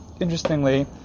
interestingly